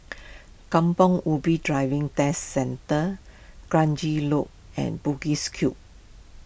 Kampong Ubi Driving Test Centre Kranji Loop and Bugis Cube